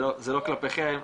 זה לא נגדכם,